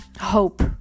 hope